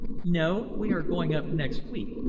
no. we are going up next week.